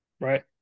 Right